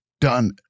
done